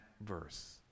verse